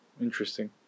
Interesting